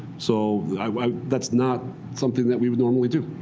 so that's not something that we would normally do.